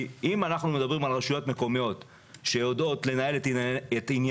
אם אנחנו מדברים על רשויות מקומיות שיודעות לנהל את ענייניהן,